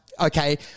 okay